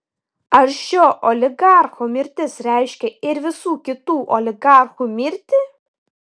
ar šio oligarcho mirtis reiškia ir visų kitų oligarchų mirtį